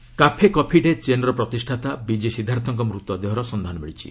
Siddharth Cafe Coffee Day ଚେନ୍ର ପ୍ରତିଷାତା ବିକି ସିଦ୍ଧାର୍ଥଙ୍କ ମୃତଦେହର ସନ୍ଧାନ ମିଳିଛି